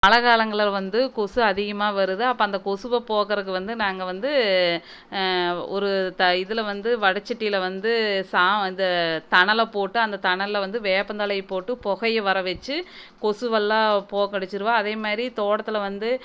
மழை காலங்களில் வந்து கொசு அதிகமாக வருது அப்போ அந்த கொசுவை போக்கிறக்கு வந்து நாங்கள் வந்து ஒரு த இதில் வந்து வடைச்சட்டில வந்து சா இந்த தணலைப் போட்டு அந்த தணலில் வந்து வேப்பந்தழையப் போட்டு புகைய வரவச்சு கொசுவெல்லாம் போக்கடிச்சுருவோம் அதேமாதிரி தோட்டத்தில் வந்து